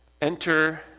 Enter